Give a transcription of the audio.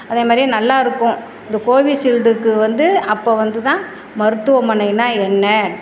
அதேமாதிரியே நல்லாயிருக்கும் இந்த கோவிஷீல்டுக்கு வந்து அப்போ வந்துதான் மருத்துவமனைனால் என்ன